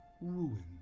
Ruin